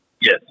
Yes